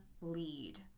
lead